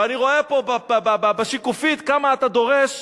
ואני רואה פה בשקופית כמה אתה דורש,